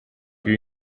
più